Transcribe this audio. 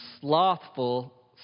slothful